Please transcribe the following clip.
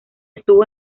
estuvo